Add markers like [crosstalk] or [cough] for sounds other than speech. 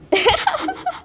[laughs]